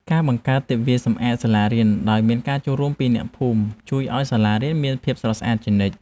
ការបង្កើតទិវាសម្អាតសាលារៀនដោយមានការចូលរួមពីអ្នកភូមិ ជួយឱ្យសាលារៀនមានភាពស្រស់ស្អាតជានិច្ច។